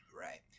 Right